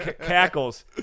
cackles